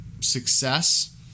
success